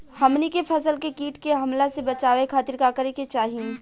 हमनी के फसल के कीट के हमला से बचावे खातिर का करे के चाहीं?